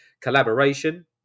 Collaboration